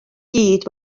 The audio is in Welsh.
gyd